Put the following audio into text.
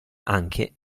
anche